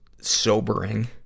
sobering